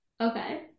Okay